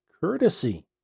courtesy